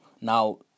Now